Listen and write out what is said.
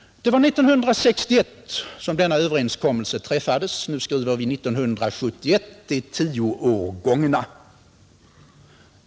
Det var 1961 som denna överenskommelse träffades. Nu skriver vi 1971 — det är tio år gångna.